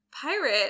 pirate